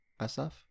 SF